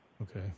Okay